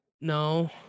No